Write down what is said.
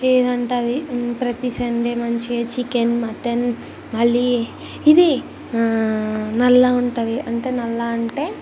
ఏదంటే అది ప్రతి సండే మంచగా చికెన్ మటన్ మళ్ళీ ఇది నల్లగా ఉంటుంది అంటే నల్లా అంటే